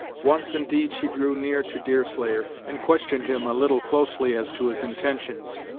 once, indeed, she drew near to deerslayer, and questioned him a little closely as to his intentions,